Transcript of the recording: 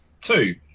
two